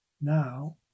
now